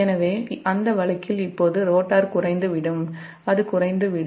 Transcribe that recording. எனவே அந்த வழக்கில் இப்போது ரோட்டார் அது குறைந்துவிடும்